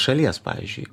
šalies pavyzdžiui